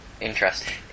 Interesting